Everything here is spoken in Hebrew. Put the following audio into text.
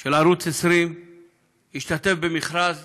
של ערוץ 20 השתתף במכרז